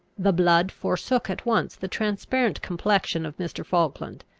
the blood forsook at once the transparent complexion of mr. falkland,